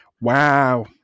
wow